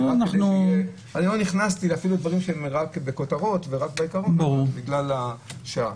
נכנסתי רק בכותרות ורק בעיקרון בגלל השעה.